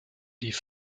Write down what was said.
die